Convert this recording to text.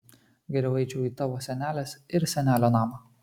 geriau eičiau į tavo senelės ir senelio namą